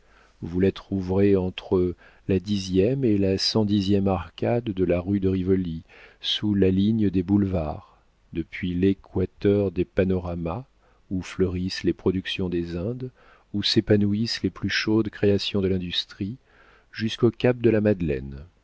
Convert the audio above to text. vous la trouverez entre la dixième et la centième arcade de la rue de rivoli sous la ligne des boulevards depuis l'équateur des panoramas où fleurissent les productions des indes où s'épanouissent les plus chaudes créations de l'industrie jusqu'au cap de la madeleine